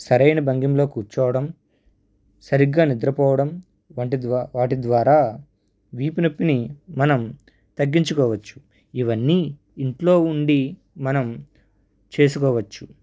సరైన భంగిమలో కూర్చోవడం సరిగ్గా నిద్రపోవడం వంటి ద్వా వాటి ద్వారా వీపు నొప్పిని మనం తగ్గించుకోవచ్చు ఇవన్నీ ఇంట్లో ఉండి మనం చేసుకోవచ్చు